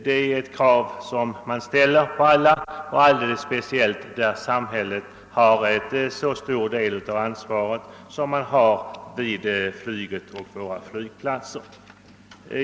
Detta krav måste ställas på alla områden och särskilt där samhället har så stor del av ansvaret som inom flyget och på våra flygplatser.